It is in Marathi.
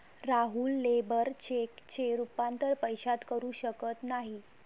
राहुल लेबर चेकचे रूपांतर पैशात करू शकत नाही